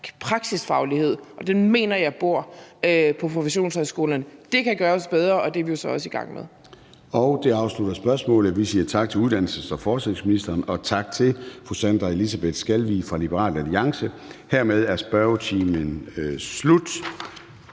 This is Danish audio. praksisfaglighed. Den mener jeg er iboende på professionshøjskolerne. Det kan gøres bedre, og det er vi jo så også i gang med. Kl. 14:15 Formanden (Søren Gade): Det afslutter spørgsmålet. Vi siger tak til uddannelses- og forskningsministeren og tak til fru Sandra Elisabeth Skalvig fra Liberal Alliance. Hermed er spørgetiden slut.